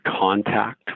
contact